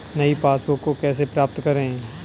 नई पासबुक को कैसे प्राप्त करें?